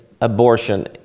abortion